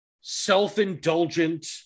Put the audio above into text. self-indulgent